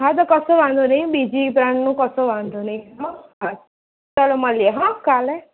હા તો કશો વાંધો નહીં બીજી બ્રાન્ડનું કશો વાંધો નહીં હો હા ચલો મળીએ હો કાલે